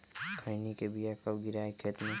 खैनी के बिया कब गिराइये खेत मे?